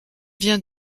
vient